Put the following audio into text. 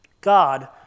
God